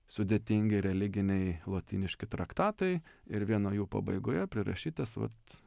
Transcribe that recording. sudėtingi religiniai lotyniški traktatai ir vieno jų pabaigoje prirašytas vat